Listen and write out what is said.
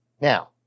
Now